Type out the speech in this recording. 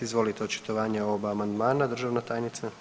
Izvolite očitovanja o oba amandmana državna tajnice.